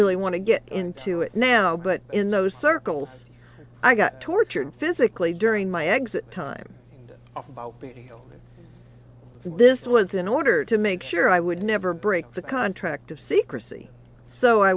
really want to get into it now but in those circles i got tortured physically during my exit time this was in order to make sure i would never break the contract of secrecy so i